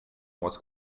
was